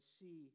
see